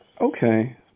Okay